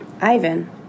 Ivan